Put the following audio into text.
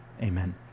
amen